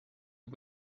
you